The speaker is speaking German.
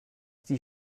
die